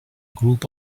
group